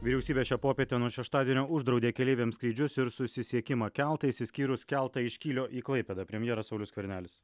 vyriausybė šią popietę nuo šeštadienio uždraudė keleiviams skrydžius ir susisiekimą keltais išskyrus keltą iš kylio į klaipėdą premjeras saulius skvernelis